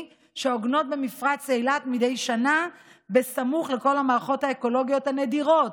שעוגנות במפרץ אילת מדי שנה סמוך לכל המערכות האקולוגיות הנדירות